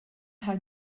how